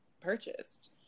purchased